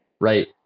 right